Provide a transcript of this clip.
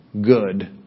good